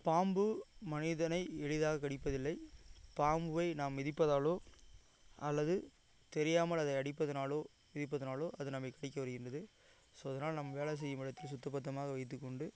பாம்பு மனிதனை எளிதாக கடிப்பதில்லை பாம்பை நாம் மிதிப்பதாலோ அல்லது தெரியாமல் அதை அடிப்பதனாலோ மிதிப்பதனாலோ அது நம்மை கடிக்க வருகின்றது ஸோ அதனால் நம் வேலை செய்யும் இடத்தில் சுத்தபத்தமாக வைத்துக்கொண்டு